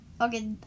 Okay